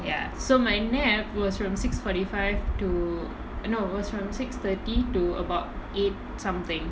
ya so my nap was from six forty five to no it was from six thirty to about eight something